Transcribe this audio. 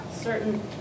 certain